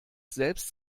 selbst